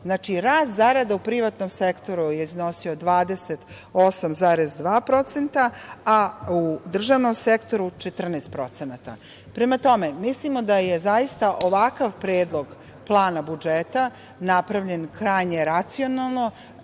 rast zarada u privatnom sektoru je iznosio 28,2%, a u državnom sektoru 14%. Prema tome, mislimo da je zaista ovakav predlog plana budžeta napravljen krajnje racionalno,